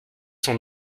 sont